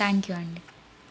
thank you అండీ